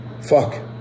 Fuck